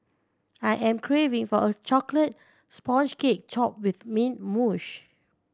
I am craving for a chocolate sponge cake with mint